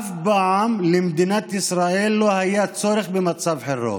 אף פעם למדינת ישראל לא היה צורך במצב חירום.